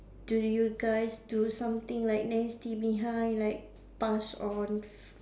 do you guys do something like nasty behind like pass on